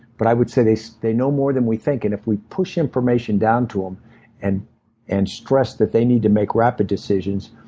but i would say they so they know more than we think. and if we push information down to them um and and stress that they need to make rapid decisions,